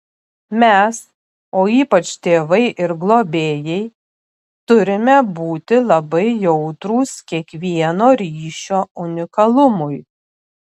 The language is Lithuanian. mes o ypač tėvai ir globėjai turime būti labai jautrūs kiekvieno ryšio unikalumui